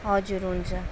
हजुर हुन्छ